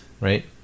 right